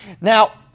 Now